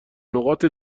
نقاط